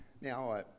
Now